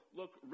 look